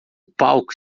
palco